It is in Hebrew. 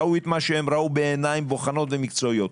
ראו את מה שהם ראו בעיניים בוחנות ומקצועיות.